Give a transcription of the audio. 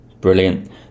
brilliant